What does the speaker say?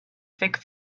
fix